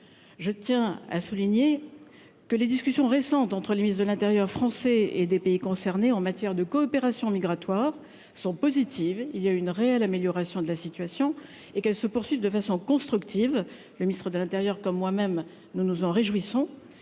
je tiens à souligner que les discussions récentes entre le ministre de l'Intérieur français et des pays concernés en matière de coopération migratoire sont positives, il y a une réelle amélioration de la situation et qu'elle se poursuive de façon constructive, le ministre de l'Intérieur, comme moi-même, nous nous en réjouissons